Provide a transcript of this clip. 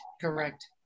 Correct